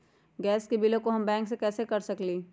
Gas के बिलों हम बैंक से कैसे कर सकली?